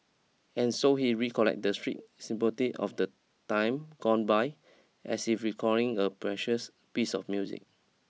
and so he recollect the street symphony of the time gone by as if recalling a precious piece of music